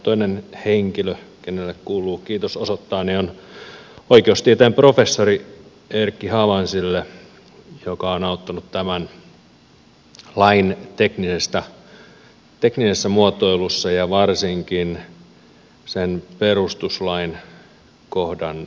toinen henkilö kenelle kuuluu kiitos osoittaa on oikeustieteen professori erkki havansi joka on auttanut tämän lain teknisessä muotoilussa ja varsinkin sen perustuslain kohdan selvittämisessä